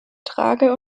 trage